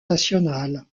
national